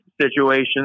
situation